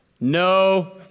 no